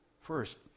First